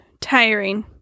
tiring